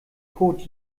code